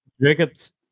Jacobs